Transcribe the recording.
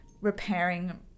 repairing